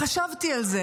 חשבתי על זה